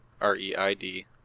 R-E-I-D